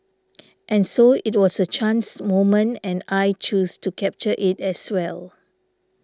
and so it was a chance moment and I chose to capture it as well